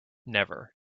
never